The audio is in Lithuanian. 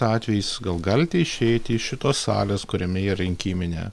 atvejis gal galite išeiti iš šitos salės kuriame yra rinkiminė